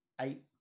eight